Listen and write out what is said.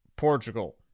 portugal